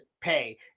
pay